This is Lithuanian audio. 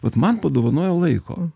vat man padovanojo laiko